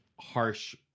harsh